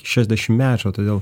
šešiasdešimtmečio todėl